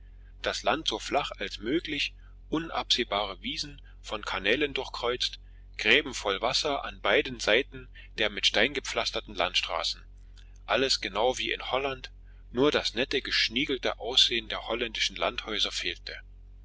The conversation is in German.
das land so flach als möglich unabsehbare wiesen von kanälen durchkreuzt gräben voll wasser an beiden seiten der mit steinen gepflasterten landstraßen alles genau wie in holland nur das nette geschniegelte ansehen der holländischen landhäuser fehlte